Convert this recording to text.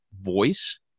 voice